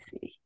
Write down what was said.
see